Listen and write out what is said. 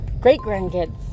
great-grandkids